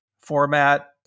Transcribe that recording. format